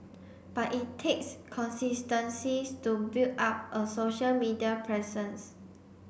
but it takes consistencies to build up a social media presence